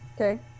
Okay